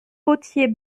potiers